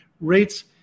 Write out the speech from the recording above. rates